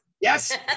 Yes